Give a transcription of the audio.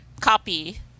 copy